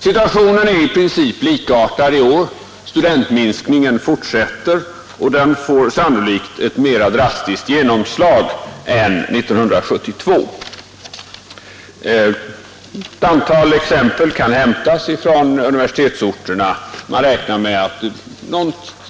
Situationen är i princip likartad i år — studentminskningen fortsätter och den får sannolikt ett mera drastiskt genomslag än år 1972. Ett antal exempel kan hämtas från universitetsorterna. Man räknar med att